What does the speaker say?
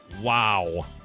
Wow